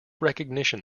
recognition